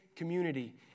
community